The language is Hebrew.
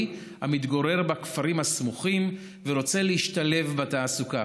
המתגורר בכפרים הסמוכים ורוצה להשתלב בתעסוקה,